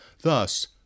Thus